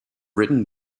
written